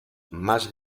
más